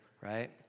right